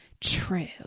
true